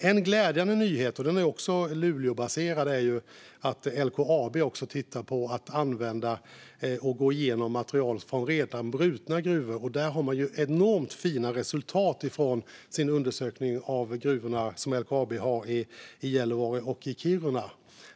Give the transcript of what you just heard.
En glädjande nyhet - den är också Luleåbaserad - är att LKAB tittar på att gå igenom och använda material från redan brutna gruvor. Man har enormt fina resultat från sin undersökning av de gruvor LKAB har i Gällivare och Kiruna.